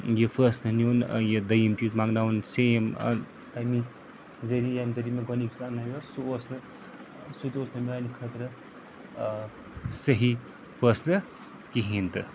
یہِ فٲصلہٕ نیُن یہِ دٔیِم چیٖز منٛگناوُن سیم تَمی ذٔریعہِ ییٚمہِ ذریعہِ مےٚ گۄڈٕنیُک سُہ انٛناویو سُہ اوس نہٕ سُہ تہِ اوس نہٕ میٛانہِ خٲطرٕ صحیح فٲصلہٕ کِہیٖنۍ تہٕ